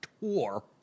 tour